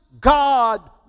God